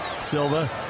Silva